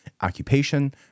occupation